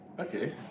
Okay